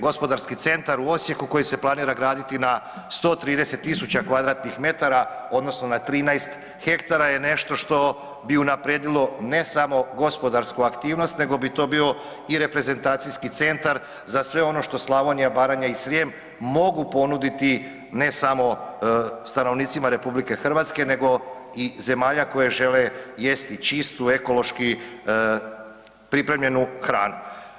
Gospodarski centar u Osijeku koji se planira graditi na 130.000 m2 odnosno na 13 hektara je nešto što bi unaprijedilo ne samo gospodarsku aktivnost nego bi to bio i reprezentacijski centar za sve ono što Slavonija, Baranja i Srijem mogu ponuditi ne samo stanovnicima RH nego i zemalja koje žele jesti čistu, ekološki pripremljenu hranu.